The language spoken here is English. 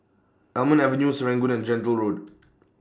Almond Avenue Serangoon and Gentle Road